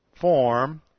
form